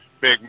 big